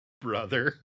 brother